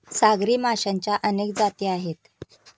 सागरी माशांच्या अनेक जाती आहेत